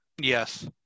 Yes